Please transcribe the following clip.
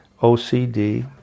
OCD